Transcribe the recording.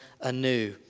anew